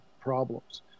problems